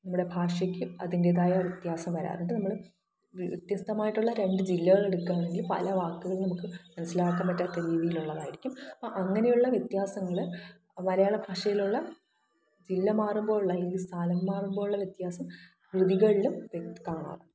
നമ്മുടെ ഭാഷയ്ക്ക് അതിൻറ്റേതായൊരു വ്യത്യാസം വരാറുണ്ട് നമ്മൾ വ്യത്യസ്തമായിട്ടുള്ള രണ്ട് ജില്ലകളെടുക്കാണെങ്കിൽ പല വാക്കുകളും നമുക്ക് മനസ്സിലാക്കാൻ പറ്റാത്ത രീതിയിലുള്ളതായിരിക്കും അപ്പോൾ അങ്ങനെയുള്ള വ്യത്യാസങ്ങൾ മലയാള ഭാഷയിലുള്ള ജില്ല മാറുമ്പോഴുള്ള അല്ലെങ്കിൽ സ്ഥലം മാറുമ്പോഴുള്ള വ്യത്യാസം കൃതികളിലും വ്യക്തമായി കാണാം